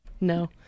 No